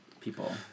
people